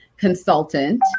consultant